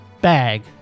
bag